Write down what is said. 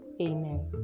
Amen